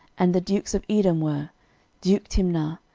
and the dukes of edom were duke timnah,